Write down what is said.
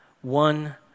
one